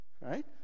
right